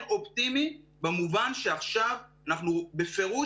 אני כן אופטימי במובן שעכשיו אנחנו בפירוש